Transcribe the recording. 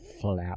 Flap